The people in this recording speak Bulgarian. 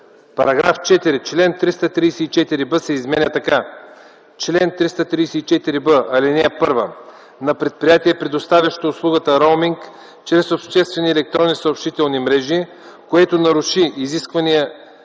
„§ 4. Член 334б се изменя така: „Чл. 334б. (1) На предприятие, предоставящо услугата роуминг чрез обществени електронни съобщителни мрежи, което наруши изисквания